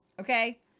okay